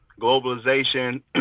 globalization